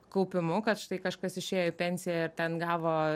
kaupimu kad štai kažkas išėjo į pensiją ir ten gavo